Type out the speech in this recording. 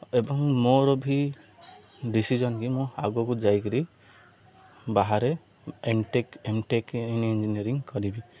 ଏବଂ ମୋର ବି ଡିସିଜନ୍ କି ମୁଁ ଆଗକୁ ଯାଇକିରି ବାହାରେ ଏମ୍ଟେକ୍ ଏମ୍ଟେକ୍ ଇନ୍ ଇଞ୍ଜିନିୟରିଂ କରିବି